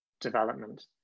development